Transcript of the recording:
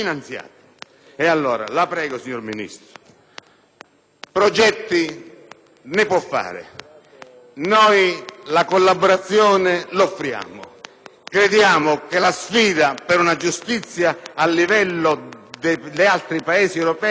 Progetti ne può fare; noi la collaborazione la offriamo; crediamo che la sfida per una giustizia al livello degli altri Paesi europei sia possibile, però, non ci prenda in giro,